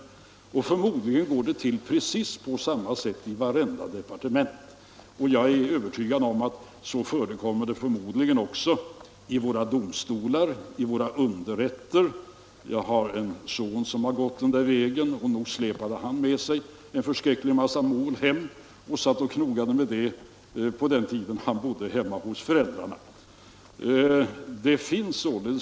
Det går förmodligen till på precis samma sätt i alla departementen, och likaså i våra domstolar och underrätter. Jag har en son som har gått den vägen, och nog släpade han med sig en förskräcklig mängd mål hem och satt och knåpade med dem, på den tiden hän bodde hemma hos sina föräldrar.